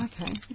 okay